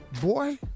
boy